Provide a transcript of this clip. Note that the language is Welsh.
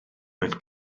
mewn